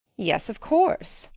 yes, of course,